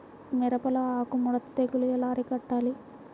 మిరపలో ఆకు ముడత తెగులు ఎలా అరికట్టాలి?